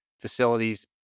facilities